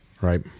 right